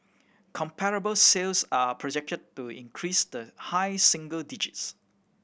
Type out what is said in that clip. comparable sales are projected to increase the high single digits